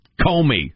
Comey